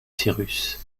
cyrus